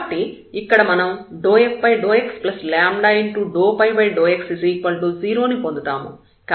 కాబట్టి ఇక్కడ మనం ∂f∂x∂ϕ∂x 0 ను పొందుతాము